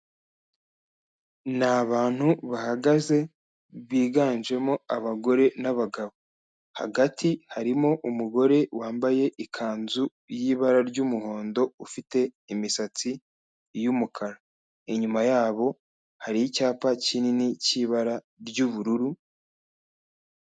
Ni abantu bahagaze biganjemo abagore n'abagabo, hagati harimo umugore wambaye ikanzu yibara ry'umuhondo ufite imisatsi y'umukara, inyuma yabo hari icyapa kinini cy'ibara ry'ubururu.